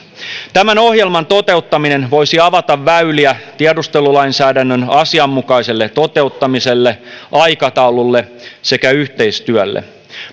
tämän ohjelman toteuttaminen voisi avata väyliä tiedustelulainsäädännön asianmukaiselle toteuttamiselle aikataululle sekä yhteistyölle